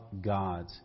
God